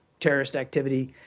terrorist activity,